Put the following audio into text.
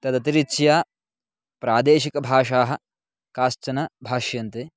तदतिरिच्य प्रादेशिकभाषाः काश्चन भाष्यन्ते